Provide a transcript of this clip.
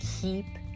keep